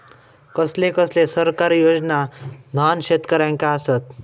कसले कसले सरकारी योजना न्हान शेतकऱ्यांना आसत?